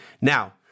Now